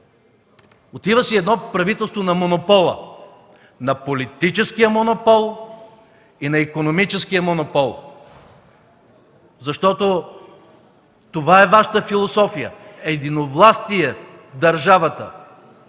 Отива си едно правителство на монопола, на политическия монопол и на икономическия монопол. Това е Вашата философия – единовластие в държавата